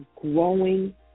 growing